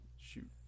Shoot